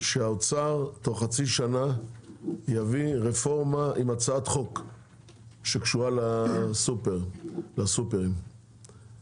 שהאוצר יביא רפורמה עם הצעת חוק שקשורה לסופרים תוך חצי שנה.